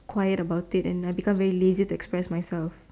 quiet about it and I become very lazy to express myself